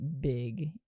big